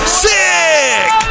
sick